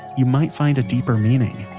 you might find a deeper meaning